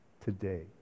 today